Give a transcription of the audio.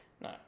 No